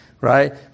Right